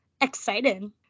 exciting